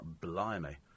blimey